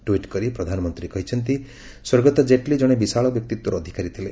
tweet କରି ପ୍ରଧାନମନ୍ତ୍ରୀ କହିଛନ୍ତି ସ୍ୱର୍ଗତ ଜେଟ୍ଲୀ ଜଣେ ବିଶାଳ ବ୍ୟକ୍ତିତ୍ୱର ଅଧିକାରୀ ଥିଲେ